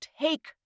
take